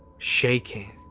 shaking,